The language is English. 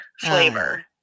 flavor